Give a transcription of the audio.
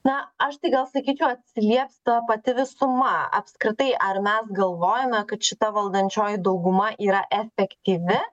na aš tai gal sakyčiau atsilieps ta pati visuma apskritai ar mes galvojame kad šita valdančioji dauguma yra efektyvi